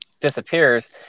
disappears